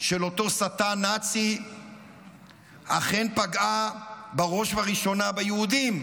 של אותו שטן נאצי אכן פגעה בראש ובראשונה ביהודים,